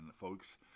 folks